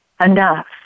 enough